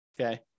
okay